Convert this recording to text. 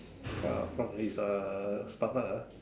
from his uh stomach lah